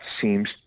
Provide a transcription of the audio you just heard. seems